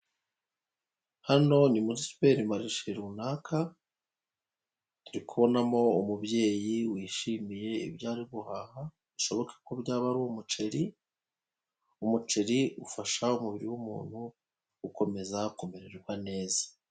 Hano ni muri siperi marishe runaka, turi kubonamo umubyeyi wishimiye ibyo ari guhaha, bishoboka ko byaba ari umuceri, umuceri ufasha umubiri w'umuntu gukomeza kumererwa neza.